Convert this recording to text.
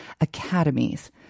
Academies